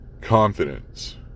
confidence